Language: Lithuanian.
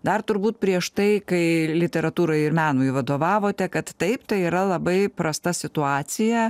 dar turbūt prieš tai kai literatūrai ir menui vadovavote kad taip tai yra labai prasta situacija